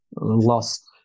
lost